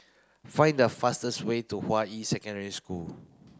find the fastest way to Hua Yi Secondary School